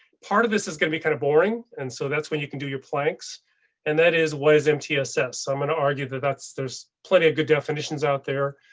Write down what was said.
part of this is going to be kind of boring and so that's when you can do your planks and that is what is mtss, so i'm going to argue that that's there's plenty of good definitions out there,